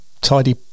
tidy